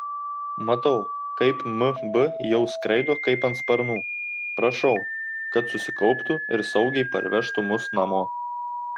matau kaip mb jau skraido kaip ant sparnų prašau kad susikauptų ir saugiai parvežtų mus namo